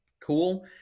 cool